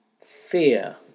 fear